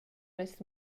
las